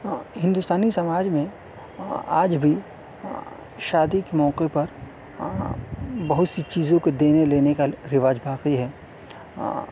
ہندوستانی سماج میں آج بھی شادی کے موقعے پر بہت سی چیزوں کے دینے لینے کا رواج باقی ہے